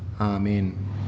Amen